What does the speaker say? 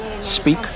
speak